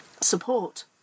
support